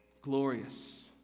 glorious